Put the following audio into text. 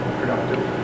productive